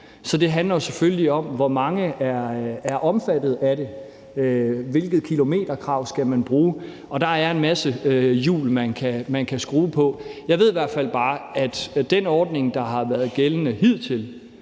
Så det handler selvfølgelig om, hvor mange der er omfattet af det, hvilket kilometerkrav man skal bruge, og der er en masse hjul, man kan skrue på. Jeg ved i hvert fald bare, at den ordning, der har været gældende hidtil,